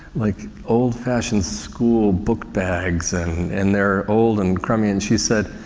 like old fashioned school book bags and, and they're old and crummy and she said,